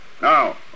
Now